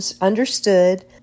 understood